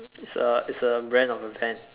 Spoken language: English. it's a it's a brand of a pen